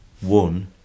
one